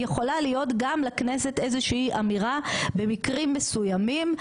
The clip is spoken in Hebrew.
יכולה להיות גם לכנסת איזושהי אמירה במקרים מסוימים,